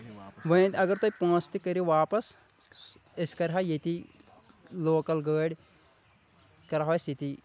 وَنۍ اگر تُہۍ پونٛسہِ تہِ کٔرِو واپَس أسۍ کَرٕہاو ییٚتی لوکَل گٲڑۍ کَرہاو أسۍ ییٚتی